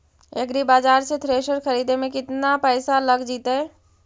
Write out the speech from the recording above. एग्रिबाजार से थ्रेसर खरिदे में केतना पैसा लग जितै?